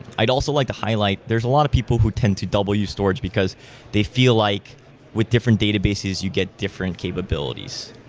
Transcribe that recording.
i'd also like to highlight, there's a lot of people tend to double use storage because they feel like with different databases you get different capabilities.